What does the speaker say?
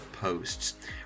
posts